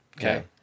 okay